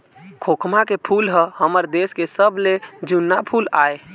खोखमा के फूल ह हमर देश के सबले जुन्ना फूल आय